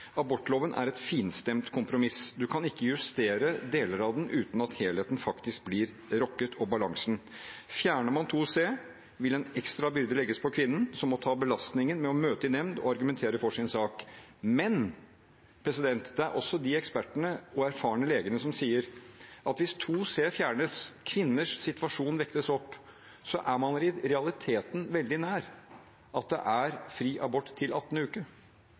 Abortloven er et finstemt kompromiss. En kan ikke justere deler av den uten at helheten og balansen blir rokket ved. Fjerner man § 2c, vil en ekstra byrde legges på kvinnen, som må ta belastningen med å møte i nemnd og argumentere for sin sak. Men det er også de ekspertene og erfarne legene som sier at hvis § 2c fjernes og kvinners situasjon vektes opp, er man i realiteten veldig nær at det er fri abort til 18.